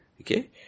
okay